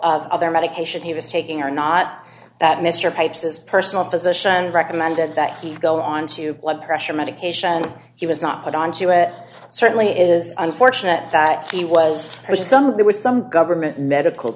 of other medication he was taking or not that mr pipes his personal physician recommended that he go on to blood pressure medication he was not put on to it certainly is unfortunate that he was some there was some government medical